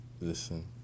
Listen